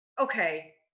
okay